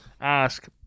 ask